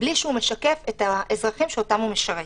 בלי שהוא משקף את האזרחים שאותם הוא משרת.